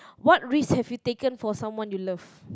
what risk have you taken for someone you love